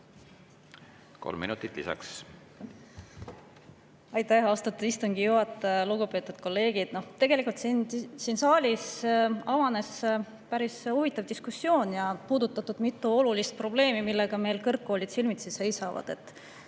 Kolm minutit lisaks.